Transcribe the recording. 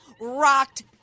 rocked